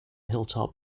hilltop